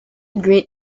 great